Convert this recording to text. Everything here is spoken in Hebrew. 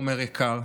עומר יקר,